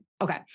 Okay